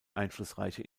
einflussreiche